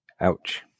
Ouch